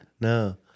No